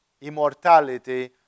immortality